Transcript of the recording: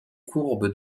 courbes